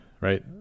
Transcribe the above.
Right